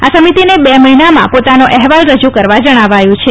આ સમિતિને બે મહિનામાં પોતાનો અહેવાલ રજૂ કરવા જણાવાયું છે